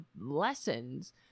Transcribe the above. lessons